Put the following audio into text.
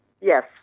yes